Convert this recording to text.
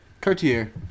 Cartier